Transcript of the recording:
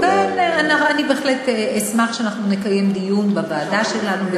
אני בהחלט אשמח אם אנחנו נקיים דיון בוועדה שלנו,